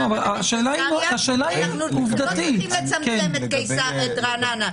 ואנחנו לא צריכים ל --- את רעננה,